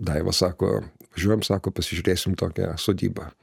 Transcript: daiva sako važiuojam sako pasižiūrėsim tokią sodybą